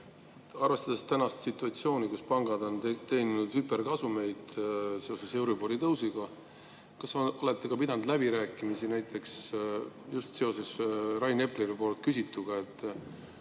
arvestades tänast situatsiooni, kus pangad on teeninud hüperkasumeid seoses euribori tõusuga, kas olete pidanud läbirääkimisi näiteks just seoses Rain Epleri küsituga –